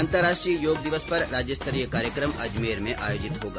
अंतर्राष्ट्रीय योग दिवस पर राज्यस्तरीय कार्यक्रम अजमेर में आयोजित होगा